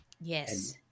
Yes